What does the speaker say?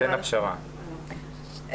הצבעה